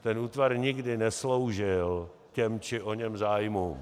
Ten útvar nikdy nesloužil těm či oněm zájmům.